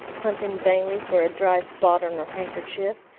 hunting vainly for a dry spot on her handkerchief.